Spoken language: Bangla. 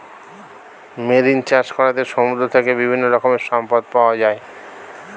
মেরিন চাষ করাতে সমুদ্র থেকে বিভিন্ন রকমের সম্পদ পাওয়া যায়